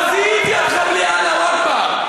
לא זיהיתי אותך בלי "אללה אכבר".